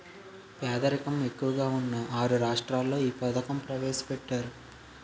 పేదరికం ఎక్కువగా ఉన్న ఆరు రాష్ట్రాల్లో ఈ పథకం ప్రవేశపెట్టారు